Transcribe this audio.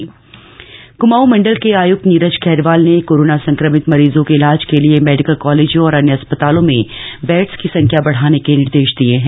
आयुक्त कमांऊ बैठक कुमाऊ मण्डल के आयुक्त नीरज खैरवाल ने कोरोना संक्रमित मरीजों के इलाज के लिए मेडिकल कालेजों और अन्य अस्पतालों में बेड़स की संख्या बढ़ाने के निर्देश दिए है